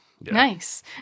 Nice